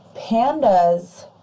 pandas